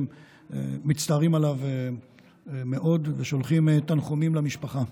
מצטערים עליו מאוד ושולחים תנחומים למשפחה.